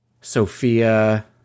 Sophia